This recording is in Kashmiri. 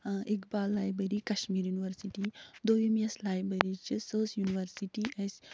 اقبال لایبیری کشمیٖر یونیورسٹی دوٚیِم یَس لایبیری چھِ سۄ ٲس یونیورسٹی اَسہِ